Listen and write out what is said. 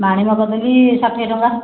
ମାଣୀ ମଖମଲି ଷାଠିଏ ଟଙ୍କା